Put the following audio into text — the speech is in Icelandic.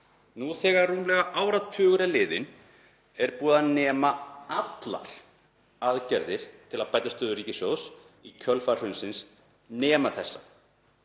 Nú þegar rúmlega áratugur er liðinn er búið að afnema allar aðgerðir til að bæta stöðu ríkissjóðs í kjölfar hrunsins nema þessa.